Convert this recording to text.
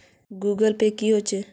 Google pay की होचे?